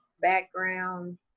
background